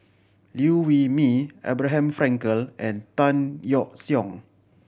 Liew Wee Mee Abraham Frankel and Tan Yeok Seong